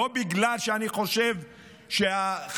לא בגלל שאני חושב שהחרדים,